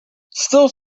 still